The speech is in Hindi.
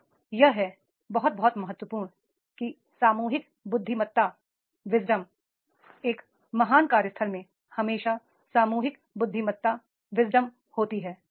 यहाँ यह है बहुत बहुत महत्वपूर्ण है कि सामूहिक बुद्धिमत्ता एक महान कार्यस्थल में हमेशा सामूहिक बुद्धिमत्ता होती है